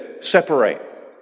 Separate